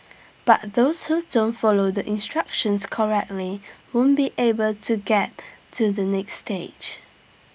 but those who don't follow the instructions correctly won't be able to get to the next stage